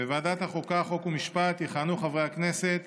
בוועדת החוקה, חוק ומשפט יכהנו חברי הכנסת